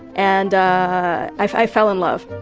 and i fell in love.